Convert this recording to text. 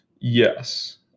Yes